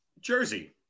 Jersey